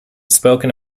spoken